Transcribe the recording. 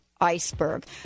iceberg